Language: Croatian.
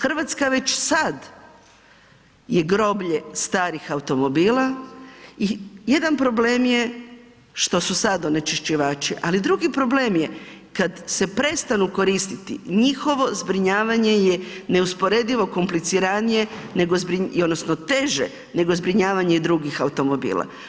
Hrvatska već sad je groblje starih automobila i jedan problem je što su sad onečišćivači, ali drugi problem je kad se prestanu koristiti njihovo zbrinjavanje je neusporedivo kompliciranije odnosno teže nego zbrinjavanje drugih automobila.